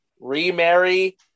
remarry